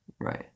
Right